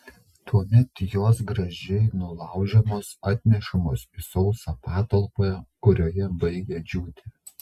tuomet jos gražiai nulaužiamos atnešamos į sausą patalpą kurioje baigia džiūti